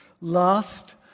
last